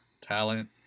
talent